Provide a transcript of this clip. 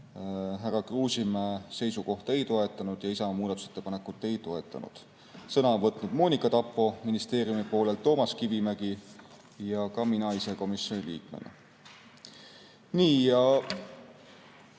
härra Kruusimäe seisukohta ei toetanud ja Isamaa muudatusettepanekut ei toetanud. Sõna võtsid Monika Tappo ministeeriumi poolelt, Toomas Kivimägi ja ka mina ise komisjoni liikmena.